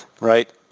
right